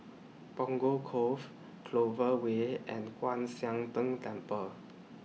Punggol Cove Clover Way and Kwan Siang Tng Temple